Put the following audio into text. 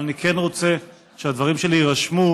אבל אני כן רוצה שהדברים שלי יירשמו,